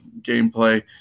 gameplay